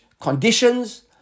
conditions